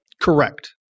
Correct